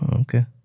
Okay